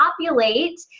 populate